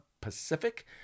Pacific